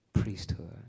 priesthood